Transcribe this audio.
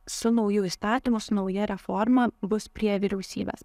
su nauju įstatymu su nauja reforma bus prie vyriausybės